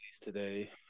today